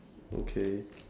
okay